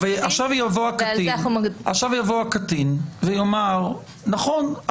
עכשיו יבוא הקטין ויאמר שנכון,